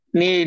ni